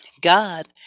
God